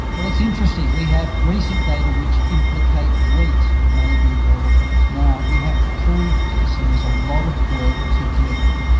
well, it's interesting, we have recent data which implicate wheat may be relevant. we have to prove this, and there's a lot of work to do,